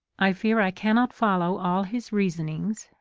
i fear i cannot follow all his reason ings,